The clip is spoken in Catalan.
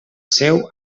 seu